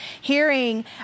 hearing